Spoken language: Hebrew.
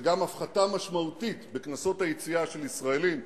וגם הפחתה משמעותית בקנסות היציאה של ישראלים.